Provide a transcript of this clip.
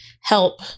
help